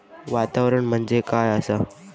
वातावरण म्हणजे काय असा?